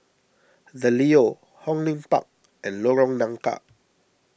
the Leo Hong Lim Park and Lorong Nangka